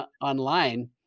online